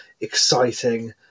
exciting